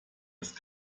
ist